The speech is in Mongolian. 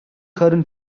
харин